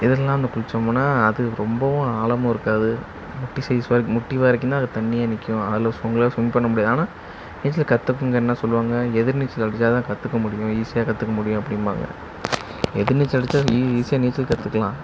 இதுலெல்லாம் வந்து குளித்தோமுன்னா அது ரொம்பவும் ஆழமும் இருக்காது முட்டி சைஸ் வரைக்கும் முட்டி வரைக்கும் தான் அங்கேத் தண்ணியே நிற்கும் அதில் உங்களால் ஸ்விம் பண்ண முடியாது ஆனால் நீச்சல் கற்றுக்கிட்டவங்க என்ன சொல்லுவாங்க எதிர்நீச்சல் அடித்தா தான் கற்றுக்க முடியும் ஈஸியாக கற்றுக்க முடியும் அப்படிம்பாங்க எதிர்நீச்சல் அடித்தா ஈஸியாக நீச்சல் கற்றுக்கலாம்